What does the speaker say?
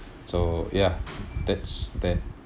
so ya that's that